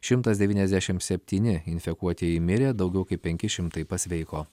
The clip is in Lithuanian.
šimtas devyniasdešimt septyni infekuotieji mirė daugiau kaip penki šimtai pasveiko